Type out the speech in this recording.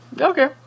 Okay